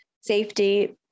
safety